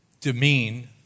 demean